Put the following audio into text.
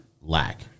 lack